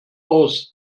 aus